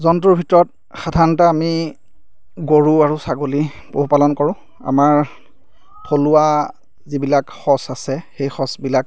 জন্তুৰ ভিতৰত সাধাৰণতে আমি গৰু আৰু ছাগলী পশুপালন কৰোঁ আমাৰ থলুৱা যিবিলাক সঁচ আছে সেই সঁচবিলাক